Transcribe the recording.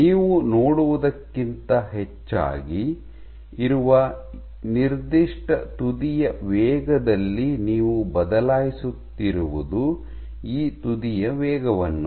ನೀವು ನೋಡುವುದಕ್ಕಿಂತ ಹೆಚ್ಚಾಗಿ ಇರುವ ನಿರ್ದಿಷ್ಟ ತುದಿಯ ವೇಗದಲ್ಲಿ ನೀವು ಬದಲಾಯಿಸುತ್ತಿರುವುದು ಈ ತುದಿಯ ವೇಗವನ್ನು